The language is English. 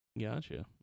Gotcha